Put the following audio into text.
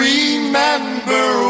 Remember